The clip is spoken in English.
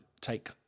take